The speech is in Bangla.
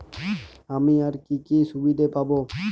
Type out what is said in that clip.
আমি আর কি কি সুবিধা পাব?